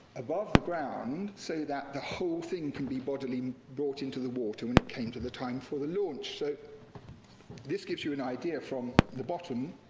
above the ground so that the whole thing could be bodily brought into the water when it came to the time for the launch. so this gives you an idea, from the bottom,